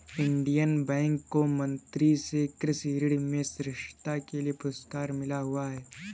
Indian Bank को मंत्री से कृषि ऋण में श्रेष्ठता के लिए पुरस्कार मिला हुआ हैं